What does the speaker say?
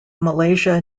malaysia